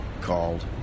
called